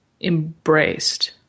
embraced